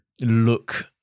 Look